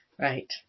Right